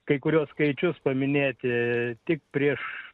kai kuriuos skaičius paminėti tik prieš